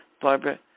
Barbara